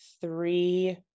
three